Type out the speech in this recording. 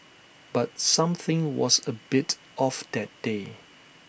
but something was A bit off that day